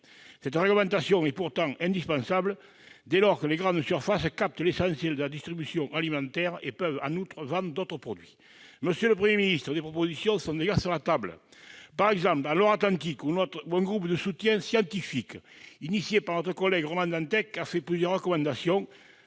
Cette réglementation est pourtant indispensable, dès lors que les grandes surfaces captent l'essentiel de la distribution alimentaire et peuvent, en outre, vendre d'autres produits. Monsieur le Premier ministre, des propositions sont déjà sur la table. Par exemple, en Loire-Atlantique, un groupe de soutien scientifique créé sur l'initiative de notre collègue Ronan Dantec a formulé plusieurs recommandations,